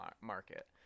market